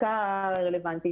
חקיקה רלוונטית